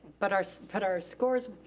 but our so but our scores